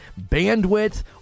bandwidth